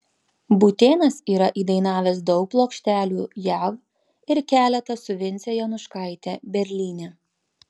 būtėnas yra įdainavęs daug plokštelių jav ir keletą su vince januškaite berlyne